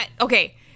Okay